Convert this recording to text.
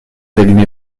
allumez